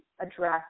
address